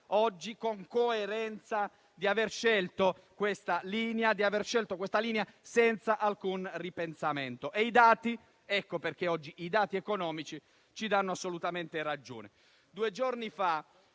con coerenza di aver scelto questa linea senza alcun ripensamento, e i dati economici ci danno assolutamente ragione. Due giorni fa